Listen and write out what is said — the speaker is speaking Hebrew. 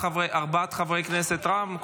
ארבעת חברי הכנסת של רע"מ,